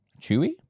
chewy